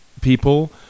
people